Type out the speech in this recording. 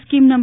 scheme નં